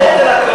מה?